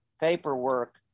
paperwork